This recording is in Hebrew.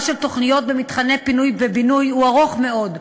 של תוכניות במתחמי פינוי ובינוי הוא ארוך מאוד,